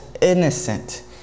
innocent